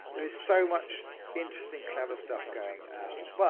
there is so much interesting clever stuff going on.